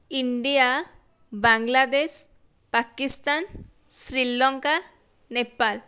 India Bangladesh Pakistan Sri Lanka Nepal